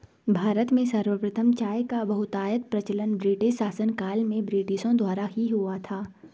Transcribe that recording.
भारत में सर्वप्रथम चाय का बहुतायत प्रचलन ब्रिटिश शासनकाल में ब्रिटिशों द्वारा ही हुआ था